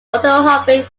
orthorhombic